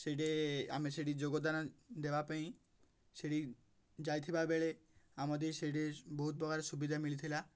ସେଇଠି ଆମେ ସେଇଠି ଯୋଗଦାନ ଦେବା ପାଇଁ ସେଇଠି ଯାଇଥିବା ବେଳେ ଆମ ଦେଇ ସେଇଠି ବହୁତ ପ୍ରକାର ସୁବିଧା ମିଳିଥିଲା